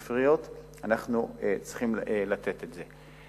ואנחנו צריכים לתת את זה באמצעות הספריות.